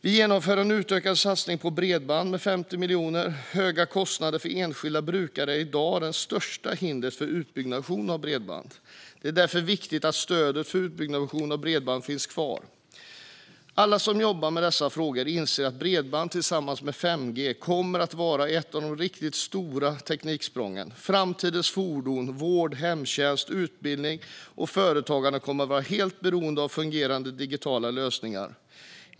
Vi genomför en utökad satsning på bredband med 50 miljoner. Höga kostnader för enskilda brukare är i dag det största hindret för utbyggnation av bredband. Det är därför viktigt att stödet för utbyggnation av bredband finns kvar. Alla som jobbar med dessa frågor inser att bredband tillsammans med 5G kommer att vara ett av de riktigt stora tekniksprången. Framtidens fordon, vård, hemtjänst, utbildning och företagande kommer att vara helt beroende av fungerande digitala lösningar.